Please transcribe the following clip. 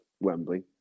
Wembley